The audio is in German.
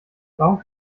warum